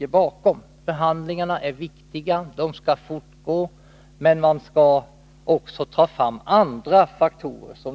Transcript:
Förhandlingarna är viktiga — de skall fortgå — men man skall också ta fram andra faktorer.